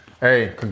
Hey